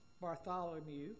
Bartholomew